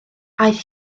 aeth